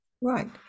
right